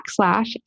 backslash